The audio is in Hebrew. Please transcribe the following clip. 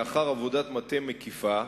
לאחר עבודת מטה מקיפה,